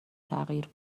تغییر